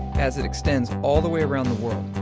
as it extends all the way around the world.